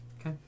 Okay